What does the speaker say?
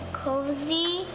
cozy